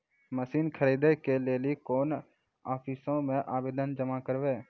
Machine खरीदै के लेली कोन आफिसों मे आवेदन जमा करवै?